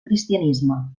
cristianisme